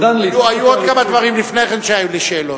היו עוד כמה דברים לפני כן שהיו לי שאלות.